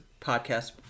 podcast